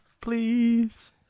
Please